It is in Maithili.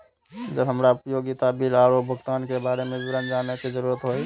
जब हमरा उपयोगिता बिल आरो भुगतान के बारे में विवरण जानय के जरुरत होय?